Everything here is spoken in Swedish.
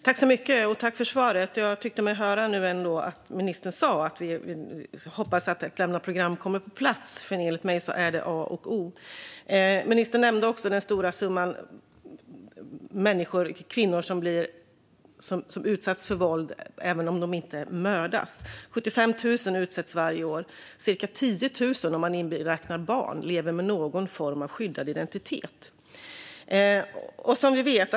Fru talman! Jag tackar för svaret. Jag tyckte mig höra att ministern sa att hon hoppas att ett lämnaprogram kommer på plats. Enligt mig är det A och O. Ministern nämnde också det stora antal kvinnor som utsätts för våld även om de inte mördas. Det är 75 000 som utsätts varje år, och cirka 10 000 personer om man inräknar barn lever med någon form av skyddad identitet.